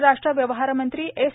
परराष्ट्र व्यवहार मंत्री एस